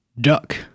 Duck